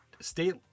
state